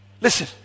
listen